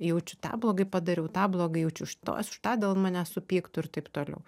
jaučiu tą blogai padariau tą blogai jaučiu šitos tą dėl manęs supyktų ir taip toliau